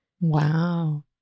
Wow